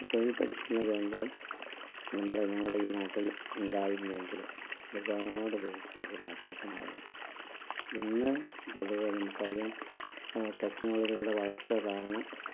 തൊഴിൽ പരിശീലന കേന്ദ്രം നമ്മളെ ഞങ്ങളെ ഈ നാട്ടിൽ ഉണ്ടായിരുന്നുവെങ്കിൽ ഒരുപാട് പേർക്കത് ഒരാശ്വാസമായേനെ ഇന്ന് പൊതുവെ നമുക്കറിയാം ആ ടെക്നോളജികളുടെ വളർച്ച കാരണം